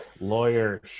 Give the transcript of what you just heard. lawyer